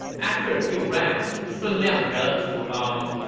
after a few rounds, sun liang got up to, umm,